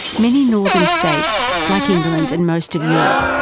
many northern states, like england and most of europe,